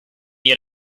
yet